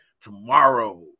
tomorrow